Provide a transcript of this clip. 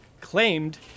claimed